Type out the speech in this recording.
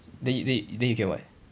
then you then you then you get what